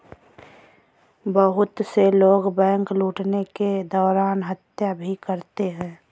बहुत से लोग बैंक लूटने के दौरान हत्या भी करते हैं